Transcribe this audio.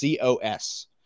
COS